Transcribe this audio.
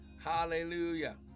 Hallelujah